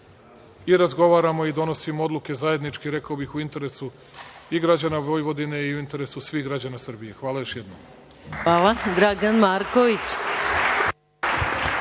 i razgovaramo i donosimo odluke zajednički u interesu i građana Vojvodine i interesu svih građana Srbije. Hvala još jednom. **Maja Gojković**